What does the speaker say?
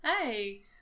Hey